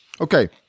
Okay